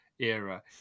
era